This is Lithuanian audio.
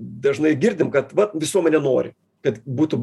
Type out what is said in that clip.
dažnai girdim kad va visuomenė nori kad būtų